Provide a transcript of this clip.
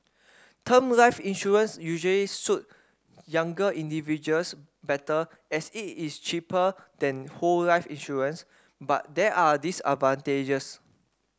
term life insurance usually suit younger individuals better as it is cheaper than whole life insurance but there are disadvantages